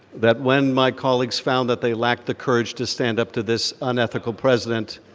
that when my colleagues found that they lacked the courage to stand up to this unethical president,